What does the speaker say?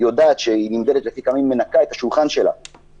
שיודעת שהיא נמדדת לפי כמה היא מנקה את השולחן שלה,